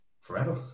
forever